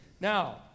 Now